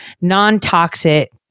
non-toxic